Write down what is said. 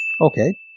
okay